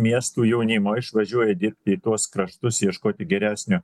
miestų jaunimo išvažiuoja dirbti į tuos kraštus ieškoti geresnio